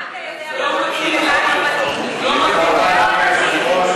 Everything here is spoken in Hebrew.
מה אתה יודע מה מתאים לי ומה לא מתאים לי?